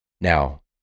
Now